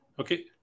Okay